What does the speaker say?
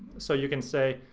so you can say,